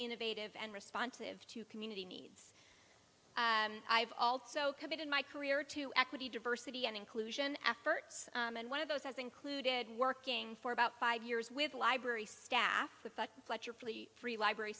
innovative and responsive to community needs i've also committed my career to equity diversity and inclusion efforts and one of those has included working for about five years with a library staff with a free library